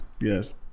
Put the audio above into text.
Yes